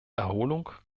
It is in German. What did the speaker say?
erholung